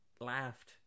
laughed